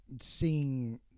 seeing